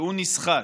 שהוא נסחט.